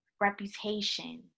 reputation